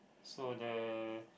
so the